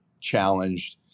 challenged